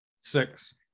Six